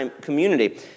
community